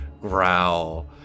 growl